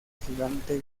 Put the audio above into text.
gigante